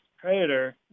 predator